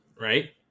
right